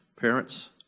parents